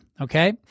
okay